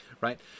right